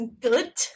good